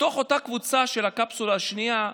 מתוך אותה קבוצה של הקפסולה השנייה,